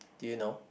do you know